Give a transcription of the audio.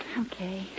Okay